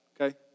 okay